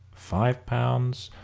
five pounds,